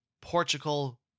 Portugal